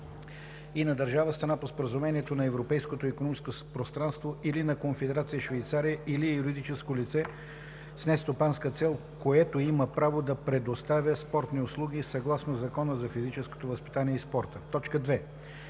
и на държава – страна по Споразумението за Европейското икономическо пространство, или на Конфедерация Швейцария, или е юридическо лице с нестопанска цел, което има право да предоставя спортни услуги съгласно Закона за физическото възпитание и спорта; 2.